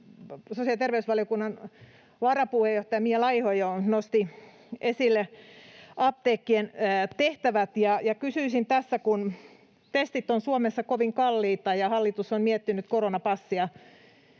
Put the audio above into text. sosiaali‑ ja terveysvaliokunnan varapuheenjohtaja Mia Laiho jo nosti esille apteekkien tehtävät, ja kysyisin tässä, kun testit ovat Suomessa kovin kalliita ja hallitus on miettinyt koronapassia